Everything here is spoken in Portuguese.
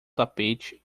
tapete